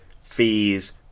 fees